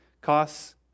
costs